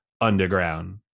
Underground